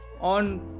on